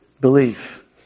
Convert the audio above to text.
Belief